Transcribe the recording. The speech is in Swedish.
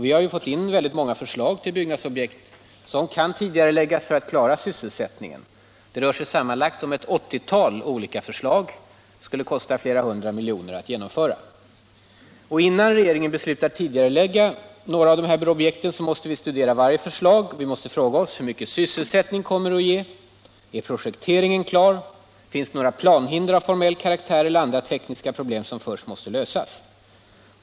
Vi har fått in många förslag till byggnadsobjekt, som kan tidigareläggas för att klara sysselsättningen. Det rör sig om sammanlagt ett åttiotal olika förslag, som skulle kosta flera hundra miljoner att genomföra. Innan regeringen beslutar att tidigarelägga några av dessa objekt måste vi studera varje förslag och fråga oss, hur mycket sysselsättning de kom 153 mer att ge, om projekteringen är klar, om det finns några planhinder av formell karaktär eller andra tekniska problem som först måste lösas.